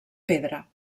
pedra